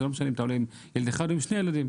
זה לא משנה אם אתה עולה עם ילד אחד או שני ילדים.